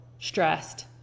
stressed